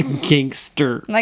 Gangster